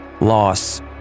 loss